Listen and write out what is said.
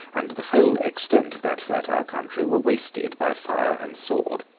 and the whole extent of that fertile country, were wasted by fire and sword.